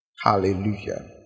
Hallelujah